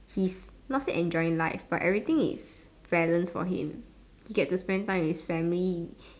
he's not say enjoying life but everything is balanced for him he get to spend time with his family